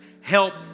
Help